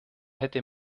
hätte